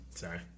Sorry